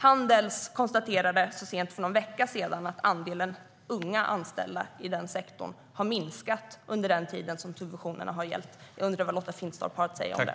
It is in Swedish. Handels konstaterade så sent som för någon vecka sedan att andelen unga anställda i den sektorn minskat under den tid då subventionerna gällt. Jag undrar vad Lotta Finstorp har att säga om det.